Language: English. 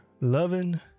loving